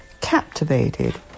captivated